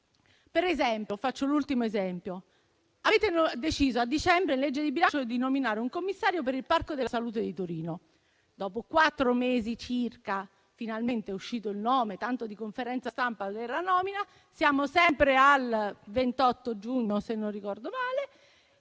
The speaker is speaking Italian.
esempio. Avete deciso a dicembre nella legge di bilancio di nominare un commissario per il Parco della salute di Torino. Dopo quattro mesi circa, finalmente è uscito un nome, con tanto di conferenza stampa per la nomina. Siamo al 28 giugno ma del decreto di